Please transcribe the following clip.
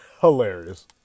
hilarious